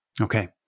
Okay